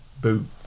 boo